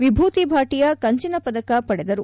ವಿಭೂತಿ ಭಾಟಿಯಾ ಕಂಚಿನ ಪದಕ ಪಡೆದರು